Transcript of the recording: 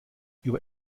über